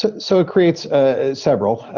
so so it creates several,